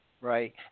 Right